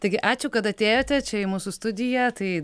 taigi ačiū kad atėjote čia į mūsų studiją tai